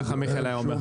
כך מיכאל היה אומר.